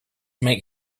make